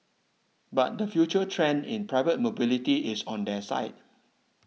but the future trend in private mobility is on their side